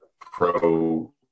pro